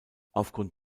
aufgrund